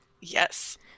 Yes